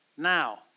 Now